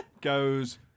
goes